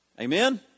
Amen